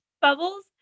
Bubbles